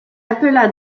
appela